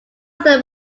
other